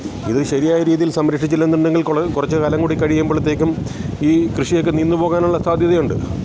ഇത് ശരിയായ രീതിയിൽ സംരക്ഷിച്ചില്ലെന്നുണ്ടെങ്കിൽ കുറച്ചുകാലംകൂടി കഴിയുമ്പോഴത്തേക്കും ഈ കൃഷിയൊക്കെ നിന്നു പോകാനുള്ള സാധ്യതയുണ്ട്